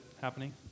happening